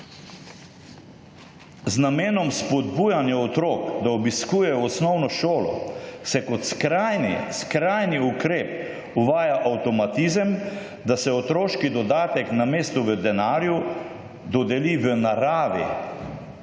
Z namenom spodbujanja otrok, da obiskujejo osnovno šolo, se kot skrajni, skrajni ukrep uvaja avtomatizem, da se otroški dodatek namesto v denarju, dodeli v naravi.